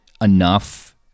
enough